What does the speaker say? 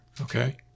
Okay